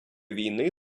війни